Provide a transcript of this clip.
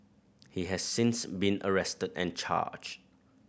he has since been arrested and charged